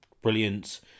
brilliant